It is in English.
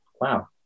Wow